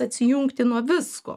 atsijungti nuo visko